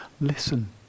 listen